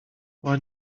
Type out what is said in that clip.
why